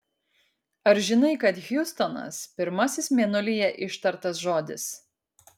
ar žinai kad hjustonas pirmasis mėnulyje ištartas žodis